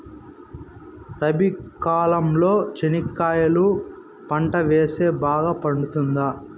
రబి కాలంలో చెనక్కాయలు పంట వేస్తే బాగా పండుతుందా?